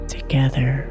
Together